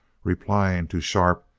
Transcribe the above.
replying to sharp,